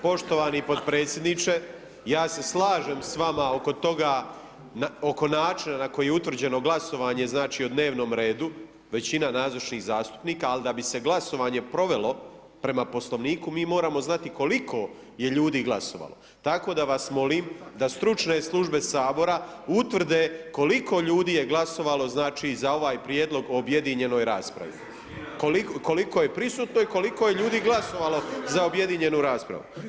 Poštovani potpredsjedniče, ja se slažem s vama oko toga, oko načina na koji je utvrđeno glasovanje, znači, o dnevnom redu, većina nazočnih zastupnika, ali da bi se glasovanje provelo prema Poslovniku, mi moramo znati koliko je ljudi glasovalo, tako da vas molim da stručne službe Sabora utvrde koliko ljudi je glasovalo, znači, za ovaj prijedlog o objedinjenoj raspravi, koliko je prisutno i koliko je ljudi glasovalo za objedinjenu raspravu.